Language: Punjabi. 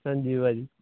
ਹਾਂਜੀ ਭਾਅ ਜੀ